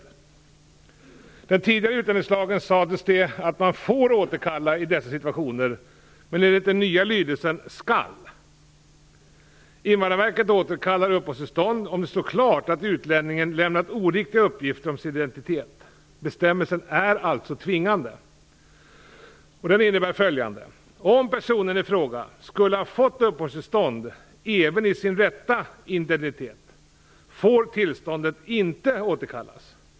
I den tidigare utlänningslagen sades det att uppehållstillstånd får återkallas i dessa situationer, men enligt den nya lydelsen skall Invandrarverket återkalla uppehållstillståndet om det står klart att utlänningen lämnat oriktiga uppgifter om sin identitet. Bestämmelsen är alltså tvingande, och den innebär följande: Om personen i fråga skulle ha fått uppehållstillstånd även om han uppgivit sin rätta identitet får tillståndet inte återkallas.